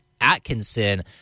Atkinson